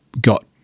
got